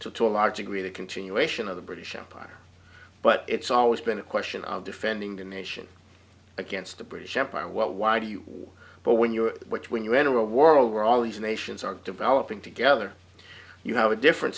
too to a large degree the continuation of the british empire but it's always been a question of defending the nation against the british empire what why do you want but when you're when you enter a world where all these nations are developing together you have a differen